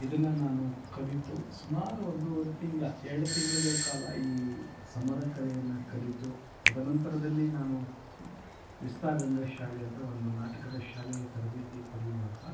ಇದನ್ನ ನಾನು ಕಲಿತು ಸುಮಾರು ಒಂದೂವರೆ ತಿಂಗ್ಳು ಎರಡು ತಿಂಗ್ಳುಗಳ ಕಾಲ ಈ ಸಮರ ಕಲೆಯನ್ನ ಕಲಿತು ತದನಂತರದಲ್ಲಿ ನಾನು ವಿಸ್ತಾರರಂಗ ಶಾಲೆ ಅಂತ ಒಂದು ನಾಟಕದ ಶಾಲೆಯ ತರಬೇತಿ ಪಡೆಯುವಾಗ